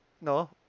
no